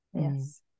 Yes